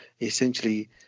essentially